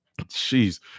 Jeez